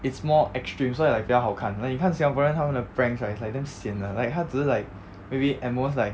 it's more extreme so like 比较好看 like 你看 singaporean 他们的 pranks right is like damn sian 的 like 他只是 like maybe at most like